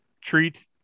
treat